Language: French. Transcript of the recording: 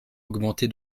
augmenté